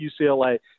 ucla